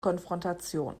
konfrontation